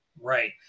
Right